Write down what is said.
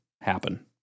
happen